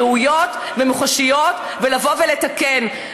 ראויות ומוחשיות, ולבוא ולתקן.